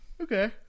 okay